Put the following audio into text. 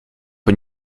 een